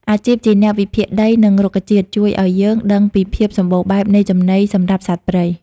អាជីពជាអ្នកវិភាគដី និងរុក្ខជាតិ ជួយឱ្យយើងដឹងពីភាពសម្បូរបែបនៃចំណីសម្រាប់សត្វព្រៃ។